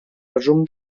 resum